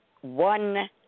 one